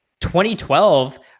2012